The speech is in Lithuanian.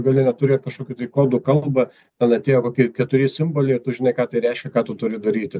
gali neturėt kažkokių kodų kalbą ten atėjo koki keturi simboliai žinai ką tai reiškia ką tu turi daryti